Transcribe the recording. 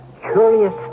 curious